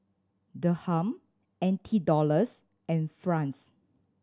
Dirham N T Dollars and franc